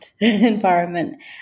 environment